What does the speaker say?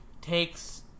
takes